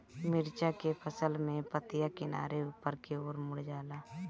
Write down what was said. मिरचा के फसल में पतिया किनारे ऊपर के ओर मुड़ जाला?